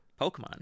Pokemon